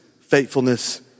faithfulness